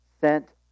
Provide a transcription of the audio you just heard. sent